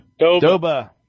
Doba